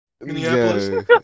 Minneapolis